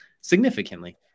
significantly